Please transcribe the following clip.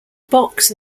box